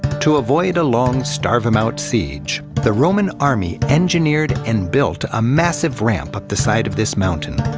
to avoid a long, starve-'em-out siege, the roman army engineered and built a massive ramp up the side of this mountain.